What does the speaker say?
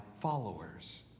followers